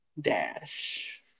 dash